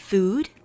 Food